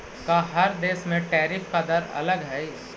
का हर देश में टैरिफ का दर अलग हई